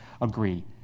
agree